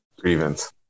Grievance